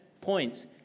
points